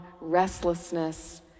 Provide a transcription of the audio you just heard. restlessness